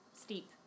Steep